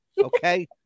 okay